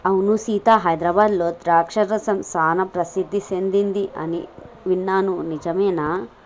అవును సీత హైదరాబాద్లో ద్రాక్ష రసం సానా ప్రసిద్ధి సెదింది అని విన్నాను నిజమేనా